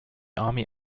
army